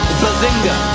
bazinga